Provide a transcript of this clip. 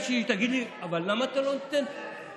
כשהיא תגיד לי: אבל למה אתה לא נותן לפתוח?